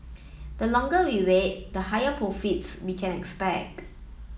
the longer we wait the higher profits we can expect